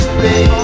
baby